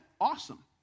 awesome